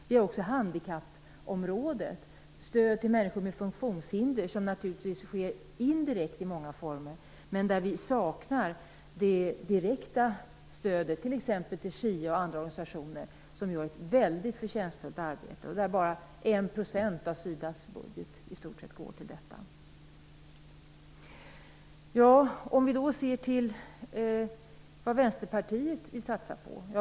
Det är också handikappområdet, stöd till människor med funktionshinder, som naturligtvis sker indirekt i många former, men där vi saknar det direkta stödet t.ex. till SHIA och andra organisationer som gör ett mycket förtjänstfullt arbete men dit bara 1 % av SIDA:s budget går. Vi kan då se på vad Vänsterpartiet vill satsa på.